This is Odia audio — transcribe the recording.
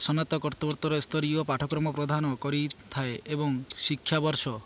ସ୍ନାତକୋତ୍ତର ସ୍ତରୀୟ ପାଠ୍ୟକ୍ରମ ପ୍ରଦାନ କରିଥାଏ ଏବଂ ଶିକ୍ଷାବର୍ଷ